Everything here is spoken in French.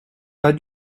pas